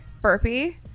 Burpee